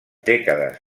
dècades